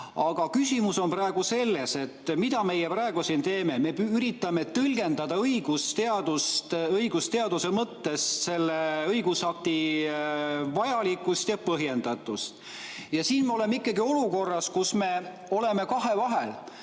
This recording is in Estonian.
preambulit. Küsimus on selles, mida meie praegu siin teeme. Me üritame tõlgendada õigusteaduse mõttes selle õigusakti vajalikkust ja põhjendatust. Ja siin me oleme ikkagi olukorras, kus me oleme kahe vahel,